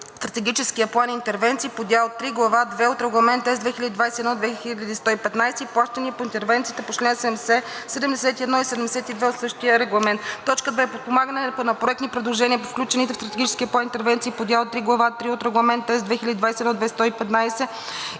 Стратегическия план интервенции по дял III, глава II от Регламент (ЕС) 2021/2115 и плащания по интервенциите по чл. 70, 71 и 72 от същия регламент; 2. подпомагане на проектни предложения по включените в Стратегическия план интервенции по дял III, глава III от Регламент (ЕС) 2021/2115 и